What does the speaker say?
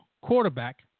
quarterback